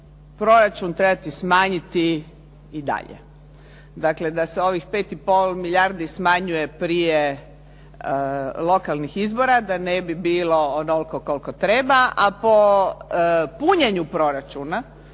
proračun trebati smanjiti i dalje. Dakle, da se ovih 5,5 milijardi smanjuje prije lokalnih izbora, da ne bi bilo onoliko koliko treba, a po punjenju proračuna,